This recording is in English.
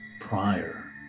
prior